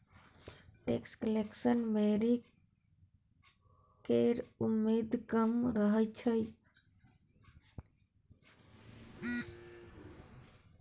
tax evasion मे चोरी केर उमेद कम रहय छै